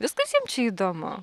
viskas jiem čia įdomu